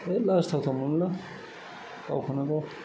बेराद लाजिथावथाव मोनोलां गावखौनो गाव